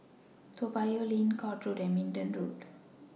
Toa Payoh Lane Court Road and Minden Road